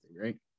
right